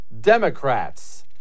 Democrats